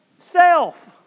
Self